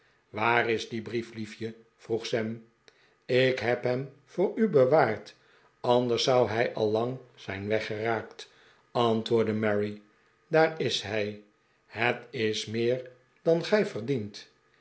waar is die brief liefje vroeg sam ik heb hem voor u bewaard anders zou hij al lang zijn weggeraakt antwoordde mary daar is hij het is meer dan gij verdient